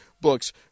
books